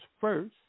first